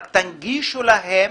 תנגישו להן